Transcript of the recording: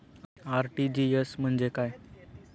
RTGS म्हणजे काय?